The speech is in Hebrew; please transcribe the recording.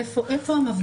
איפה המפגינים?